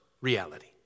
reality